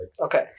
Okay